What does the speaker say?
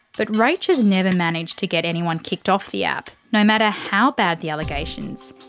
but rach has never managed to get anyone kicked off the app, no matter how bad the allegations.